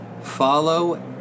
follow